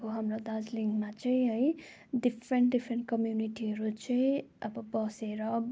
अब हाम्रो दार्जिलिङमा चाहिँ है डिफ्रेन्ट डिफ्रेन्ट कम्युनिटीहरू चाहिँ अब बसेर